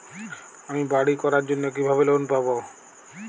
আমি বাড়ি করার জন্য কিভাবে লোন পাব?